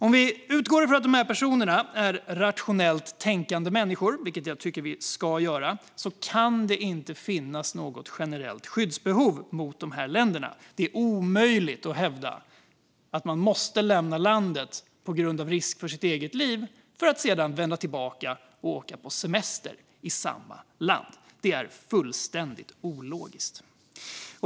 Om vi utgår från att de här personerna är rationellt tänkande människor, vilket jag tycker att vi ska göra, kan det inte finnas något generellt skyddsbehov mot de här länderna. Det är omöjligt att hävda att man måste lämna ett land på grund av risk för sitt eget liv för att sedan vända tillbaka och åka på semester i samma land. Det är fullständigt ologiskt.